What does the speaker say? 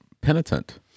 penitent